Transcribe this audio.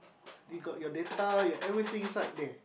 they got your data your everything inside there